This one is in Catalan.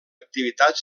activitat